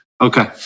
Okay